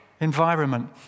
environment